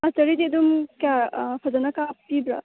ꯑꯥꯔꯆꯥꯔꯤꯗꯤ ꯑꯗꯨꯝ ꯐꯖꯅ ꯀꯥꯞꯄꯤꯕ꯭ꯔ